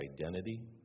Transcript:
identity